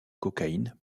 cocaïne